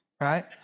right